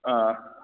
ꯑꯥ